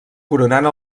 coronant